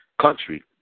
country